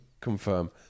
confirm